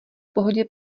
pohodě